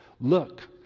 Look